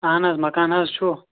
اَہَن حظ مکان حظ چھُ